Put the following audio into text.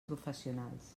professionals